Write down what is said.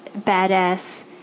badass